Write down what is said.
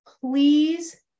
please